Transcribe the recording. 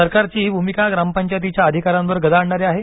सरकारची ही भूमिका ग्रामपंचायतीच्या अधिकारांवर गदा आणणारी आहे